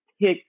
pick